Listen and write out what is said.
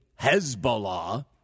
Hezbollah